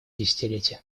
десятилетие